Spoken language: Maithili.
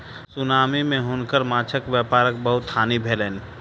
सुनामी मे हुनकर माँछक व्यापारक बहुत हानि भेलैन